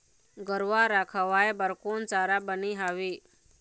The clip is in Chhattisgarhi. गरवा रा खवाए बर कोन चारा बने हावे?